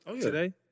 today